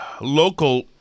local